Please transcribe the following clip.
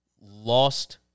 lost